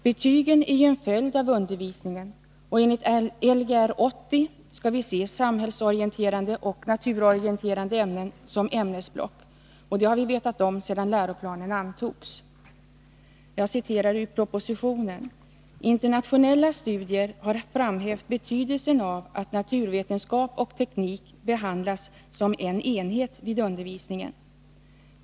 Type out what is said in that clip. Betygen är en följd av undervisningen, och enligt Lgr 80 skall vi se samhällsorienterande och naturorienterande ämnen som ämnesblock. Det har vi vetat om sedan läroplanen antogs. Jag citerar ur propositionen: ”Internationella studier har framhävt betydelsen av att naturvetenskap och teknik behandlas som en enhet vid undervisningen.